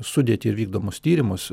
sudėtį ir vykdomus tyrimus